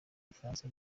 bufaransa